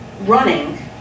running